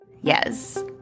Yes